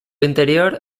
interior